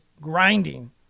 grinding